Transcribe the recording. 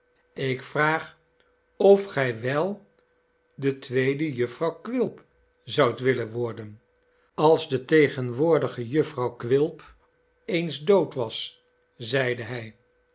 ik vraag of gij wel detweedejufvrouwquilp zoudt willen worden als de tegenwoordige jufvrouw quilp eens dood was zeide hij